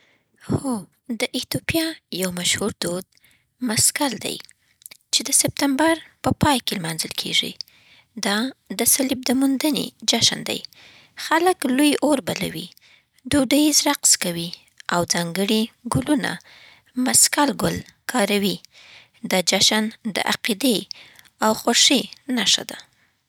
هو، د ایتوپیا یو مشهور دود مسکل دی، چې د سپتمبر په پای کې لمانځل کېږي. دا د صلیب د موندنې جشن دی. خلک لوی اور بلوي، دودیز رقص کوي، او ځانګړي ګلونه مسکل ګل کاروي. دا جشن د عقیدې او خوښۍ نښه ده.